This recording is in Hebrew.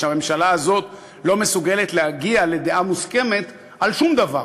שהממשלה הזאת לא מסוגלת להגיע לדעה מוסכמת על שום דבר,